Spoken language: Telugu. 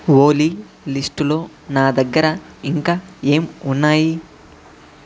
ఓలి లిస్ట్లో నా దగ్గర ఇంకా ఏం ఉన్నాయి